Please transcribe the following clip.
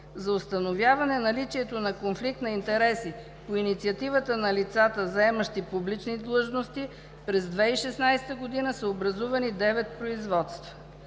За установяване наличието на конфликт на интереси по инициатива на лицата, заемащи публични длъжности, през 2016 г. са образувани 9 производства.